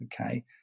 okay